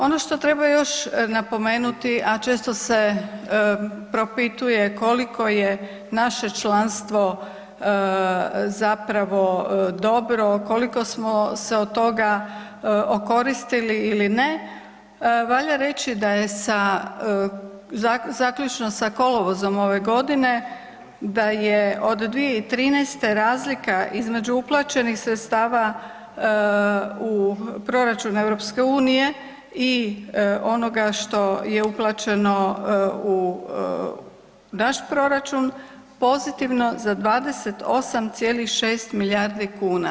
Ono što treba još napomenuti, a često se propituje koliko je naše članstvo zapravo dobro, koliko smo se od toga okoristili ili ne, valja reći da je sa, zaključno sa kolovozom ove godine, da je od 2013. razlika između uplaćenih sredstava u proračunu EU i onoga što je uplaćeno u naš proračun, pozitivno za 28,6 milijardi kuna.